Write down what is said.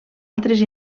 altres